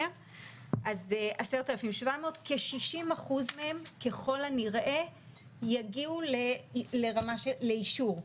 אז 10,700. כ-60% מהם ככל הנראה יגיעו לאישור.